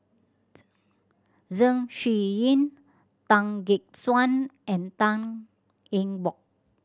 Zeng Shouyin Tan Gek Suan and Tan Eng Bock